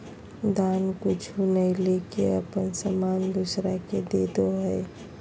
दान कुछु नय लेके अपन सामान दोसरा के देदो हइ